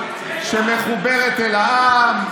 שמחוברת אל העם,